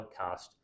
podcast